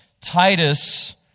Titus